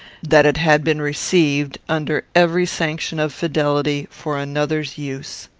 that it had been received, under every sanction of fidelity, for another's use.